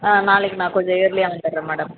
ஆ நாளைக்கு நான் கொஞ்சம் இயர்லியாக வந்துடுறேன் மேடம்